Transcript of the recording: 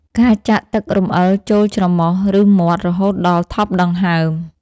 ការចាក់ទឹករំអិលចូលច្រមុះ ឬមាត់រហូតដល់ថប់ដង្ហើម។